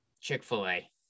chick-fil-a